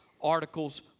articles